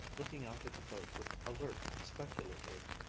looking out at the boat with alert, speculative,